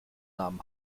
nahm